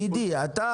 גידי, אתה